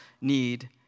need